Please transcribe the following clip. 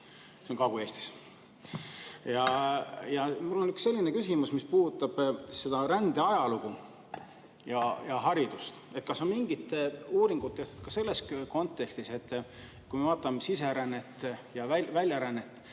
See on Kagu-Eestis. Ja mul on üks selline küsimus, mis puudutab rändeajalugu ja haridust. Kas on mingit uuringut tehtud ka selles kontekstis, et kui me vaatame siserännet ja väljarännet